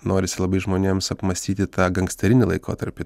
norisi labai žmonėms apmąstyti tą gangsterinį laikotarpį